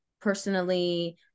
personally